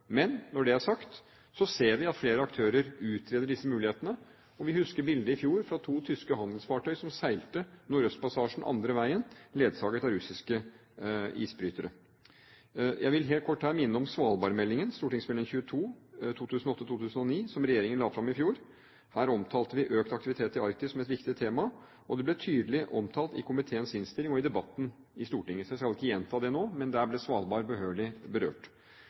Men når det er sagt, ser vi at flere aktører utreder disse mulighetene. Vi husker bildet i fjor av to tyske handelsfartøy som seilte Nordøstpassasjen andre veien, ledsaget av russiske isbrytere. Jeg vil helt kort her minne om svalbardmeldingen, St.meld. nr. 22 for 2008–2009, som regjeringen la fram i fjor. Der omtalte vi økt aktivitet i Arktis som et viktig tema, og det ble tydelig omtalt i komiteens innstilling og i debatten i Stortinget. Jeg skal ikke gjenta det nå, men der ble Svalbard behørig berørt.